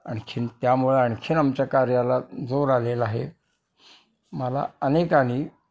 आणखीन त्यामुळे आणखीन आमच्या कार्याला जोर आलेला आहे मला अनेकानी